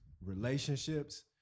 relationships